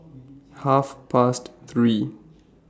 Half Past three